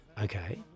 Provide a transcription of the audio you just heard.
Okay